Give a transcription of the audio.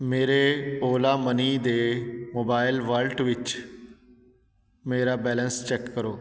ਮੇਰੇ ਓਲਾ ਮਨੀ ਦੇ mobile wallet ਵਿੱਚ ਮੇਰਾ ਬੈਲੰਸ ਚੈੱਕ ਕਰੋ